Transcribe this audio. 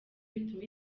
bituma